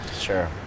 Sure